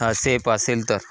हा सेप असेल तर